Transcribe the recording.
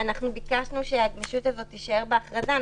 ביקשנו שהגמישות הזאת תישאר בהכרזה.